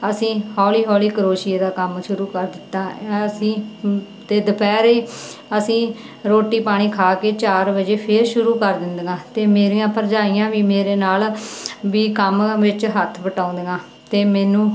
ਅਸੀਂ ਹੌਲੀ ਹੌਲੀ ਕਰੋਸ਼ੀਏ ਦਾ ਕੰਮ ਸ਼ੁਰੂ ਕਰ ਦਿੱਤਾ ਅਸੀਂ ਅਤੇ ਦੁਪਹਿਰੇ ਅਸੀਂ ਰੋਟੀ ਪਾਣੀ ਖਾ ਕੇ ਚਾਰ ਵਜੇ ਫੇਰ ਸ਼ੁਰੂ ਕਰ ਦਿੰਦੀਆਂ ਅਤੇ ਮੇਰੀਆਂ ਭਰਜਾਈਆਂ ਵੀ ਮੇਰੇ ਨਾਲ ਵੀ ਕੰਮ ਵਿੱਚ ਹੱਥ ਵਟਾਉਂਦੀਆਂ ਅਤੇ ਮੈਨੂੰ